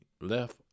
left